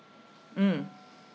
mm